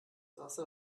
wasser